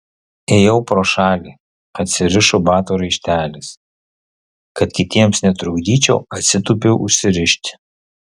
ėjau pro šalį atsirišo bato raištelis kad kitiems netrukdyčiau atsitūpiau užsirišti